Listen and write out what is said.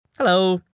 Hello